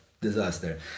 disaster